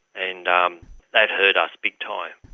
and um that hurt us big time,